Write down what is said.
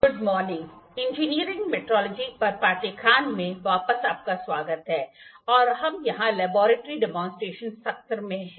good morning engineering metrology पर पाठ्यक्रम में वापस आपका स्वागत है और हम यहां लैबोरेट्री डेमोंसट्रेशन सत्र में हैं